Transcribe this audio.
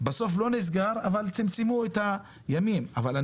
שבסוף לא נסגר אבל צמצמו את מספר ימי הפעילות.